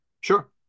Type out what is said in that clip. Sure